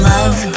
Love